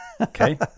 okay